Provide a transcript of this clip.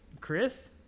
Chris